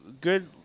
good